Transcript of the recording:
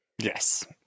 yes